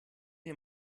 mir